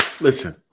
Listen